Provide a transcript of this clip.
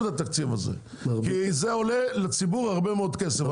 תקציב כי זה עולה לציבור הרבה מאוד כסף.